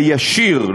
הישיר,